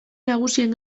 nagusien